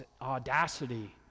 audacity